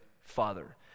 father